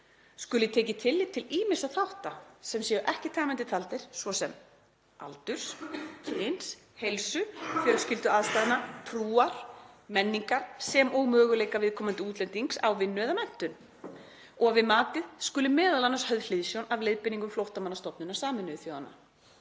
skuli tekið tillit til ýmissa þátta sem ekki séu tæmandi taldir, svo sem aldurs, kyns, heilsu, fjölskylduaðstæðna, trúar, menningar sem og möguleika viðkomandi útlendings á vinnu eða menntun og að við matið skuli m.a. höfð hliðsjón af leiðbeiningum Flóttamannastofnunar Sameinuðu þjóðanna.